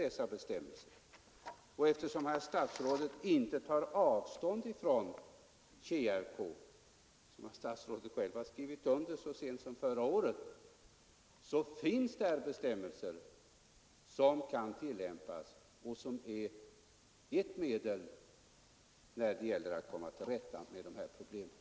Eftersom herr statsrådet inte tar avstånd från TjRK, som herr statsrådet själv har skrivit under så sent som förra året, har vi bestämmelser som kan tillämpas för att komma till rätta med problemen.